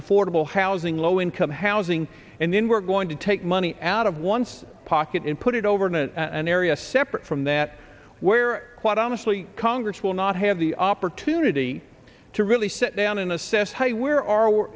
affordable housing low income housing and then we're going to take money out of one's pocket and put it over into an area separate from that where quite honestly congress will not have the opportunity to really sit down and assess high where are the